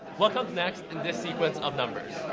what comes next in this sequence of numbers?